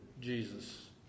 Jesus